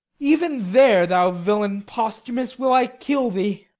even there, thou villain posthumus, will i kill thee.